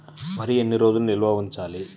వరి ఎన్ని రోజులు నిల్వ ఉంచాలి?